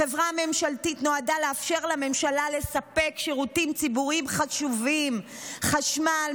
החברה הממשלתית נועדה לאפשר לממשלה לספק שירותים ציבוריים חשובים: חשמל,